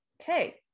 Okay